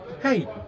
Hey